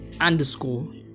underscore